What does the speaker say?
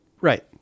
Right